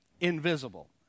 invisible